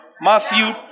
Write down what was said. Matthew